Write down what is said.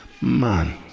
man